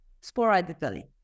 sporadically